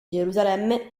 gerusalemme